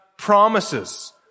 Promises